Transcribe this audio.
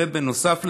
ובנוסף לזה,